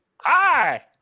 Hi